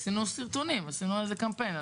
עשינו סרטונים, עשינו על זה קמפיין.